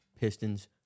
Pistons